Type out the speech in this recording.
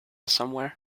somewhere